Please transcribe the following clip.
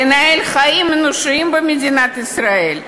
לנהל חיים אנושיים במדינת ישראל?